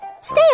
Stay